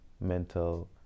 mental